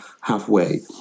halfway